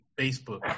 Facebook